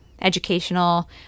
educational